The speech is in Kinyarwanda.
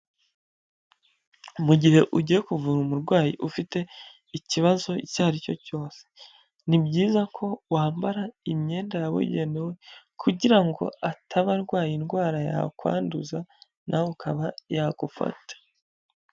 Mu gihe ugiye kuvura umurwayi ufite ikibazo icyo ari cyo cyose, ni byiza ko wambara imyenda yabugenewe kugira ngo ataba arwaye indwara yakwanduza, na we ukaba yagufata.